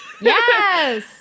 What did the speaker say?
Yes